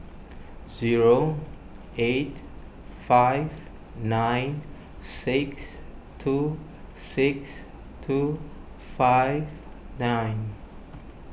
zero eight five nine six two six two five nine